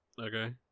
Okay